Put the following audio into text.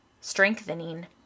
strengthening